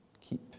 Keep